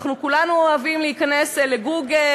כולנו אוהבים להיכנס לגוגל,